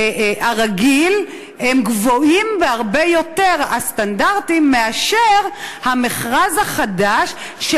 הסטנדרטים גבוהים הרבה יותר מאשר במכרז החדש של